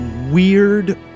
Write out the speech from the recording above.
weird